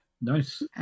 Nice